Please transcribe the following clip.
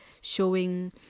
showing